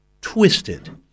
twisted